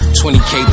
20k